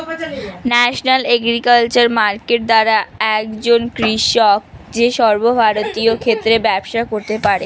National agriculture market দ্বারা একজন কৃষক কি সর্বভারতীয় ক্ষেত্রে ব্যবসা করতে পারে?